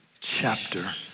chapter